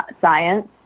science